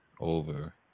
over